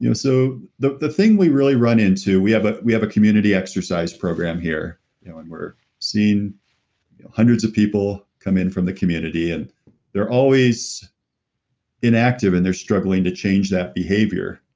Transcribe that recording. you know so the the thing we really run into, we have ah we have a community exercise program here yeah and we're seeing hundreds of people come in from the community and they're always inactive and they're struggling to change that behavior.